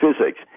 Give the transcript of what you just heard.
physics